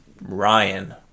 Ryan